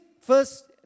first